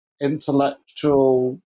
intellectual